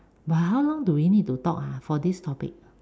but how long do we have to talk ah for this topic